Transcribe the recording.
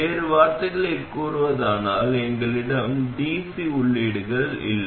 வேறு வார்த்தைகளில் கூறுவதானால் எங்களிடம் dc உள்ளீடுகள் இல்லை